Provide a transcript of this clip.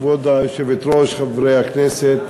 כבוד היושבת-ראש, חברי הכנסת,